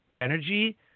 energy